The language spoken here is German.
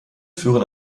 führen